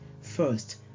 first